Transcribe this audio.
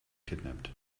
kidnapped